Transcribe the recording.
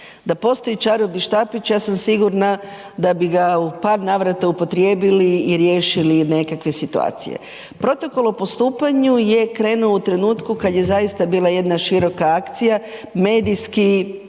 da postoji čarobni štapić, ja sam sigurna da bi u par navrata upotrijebili i riješili nekakve situacije. Protokol o postupanju je krenuo u trenutku kad je zaista bila jedna široka akcija, mesijski